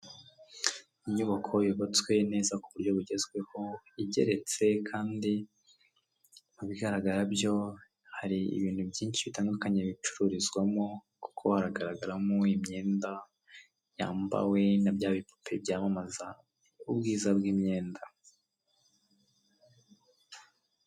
Inyubako yubatswe neza ku buryo bugezweho igeretse, kandi mu bigaragara byo hari ibintu byinshi bitandukanye bicururizwamo, kuko hagaragara mo imyenda yambawe na bya bipupe byamamaza ubwiza bw'imyenda.